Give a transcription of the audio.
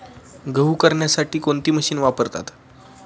गहू करण्यासाठी कोणती मशीन वापरतात?